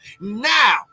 now